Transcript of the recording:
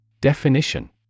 Definition